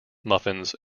muffins